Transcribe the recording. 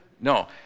No